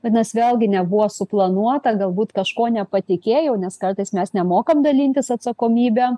vadinas vėlgi nebuvo suplanuota galbūt kažko nepatikėjau nes kartais mes nemokam dalintis atsakomybėm